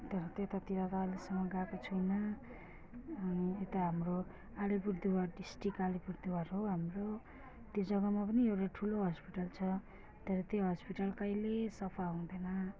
त त्यतातिर त अहिलेसम्म गएको छुइनँ यता हाम्रो अलिपुरद्वार डिस्ट्रिक अलिपुरद्वार हो हाम्रो त्यो जग्गामा पनि एउटा ठुलो हस्पिटल छ तर त्यो हस्पिटल कहिले सफा हुँदैन